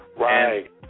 right